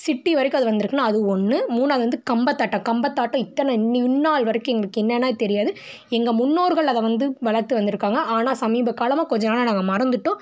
city வரைக்கும் அது வந்துருக்குன்னால் அது ஒன்று மூணாவது வந்து கம்பத்தாட்டம் கம்பத்தாட்டம் இத்தனை இந்நாள் வரைக்கும் என்னனே தெரியாது எங்கள் முன்னோர்கள் அதை வந்து வளர்த்து வந்துருக்காங்க ஆனால் சமீபகாலமாக கொஞ்சம் நாளாக நாங்கள் மறந்துவிட்டோம்